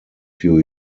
few